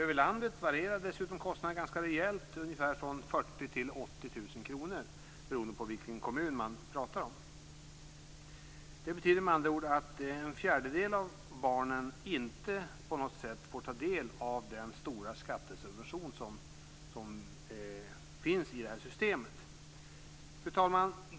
Över landet varierar dessutom kostnaden ganska rejält, ungefär från 40 000 kr till 80 000 kr beroende på vilken kommun man talar om. Det betyder med andra ord att en fjärdedel av barnen inte får del av den stora skattesubvention som finns i systemet. Fru talman!